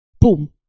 boom